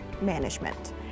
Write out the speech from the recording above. management